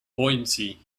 buoyancy